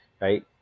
right